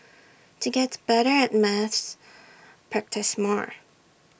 to get better at maths practise more